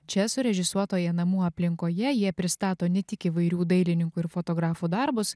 čia surežisuotoje namų aplinkoje jie pristato ne tik įvairių dailininkų ir fotografų darbus